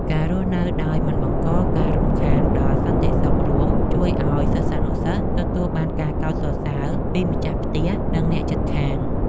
ការរស់នៅដោយមិនបង្កការរំខានដល់សន្តិសុខរួមជួយឱ្យសិស្សានុសិស្សទទួលបានការកោតសរសើរពីម្ចាស់ផ្ទះនិងអ្នកជិតខាង។